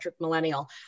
millennial